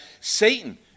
Satan